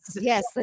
yes